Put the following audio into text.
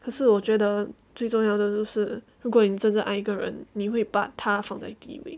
可是我觉得最重要的就是如果你真真爱一个人你会把他放在第一位